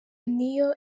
niyo